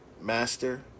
Master